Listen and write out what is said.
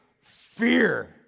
fear